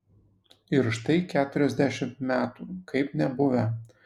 ir štai keturiasdešimt metų kaip nebuvę